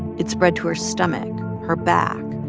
it spread to her stomach, her back.